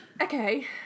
Okay